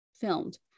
filmed